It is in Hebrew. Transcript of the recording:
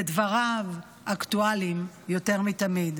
ודבריו אקטואליים יותר מתמיד.